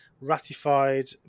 ratified